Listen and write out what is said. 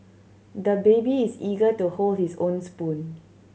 the baby is eager to hold his own spoon